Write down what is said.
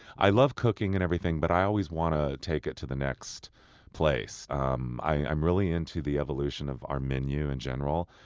i love cooking and everything, but i always want to take it to the next place um i'm really into the evolution of our menu in general.